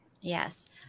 Yes